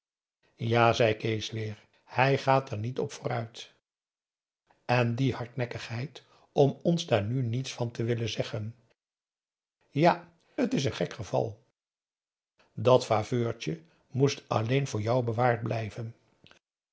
ja zei kees weêr hij gaat er niet op vooruit en die hardnekkigheid om ons daar nu niets van te willen zeggen ja t is n gek geval dat faveurtje moest alleen voor jou bewaard blijven